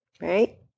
right